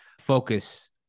focus